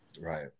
Right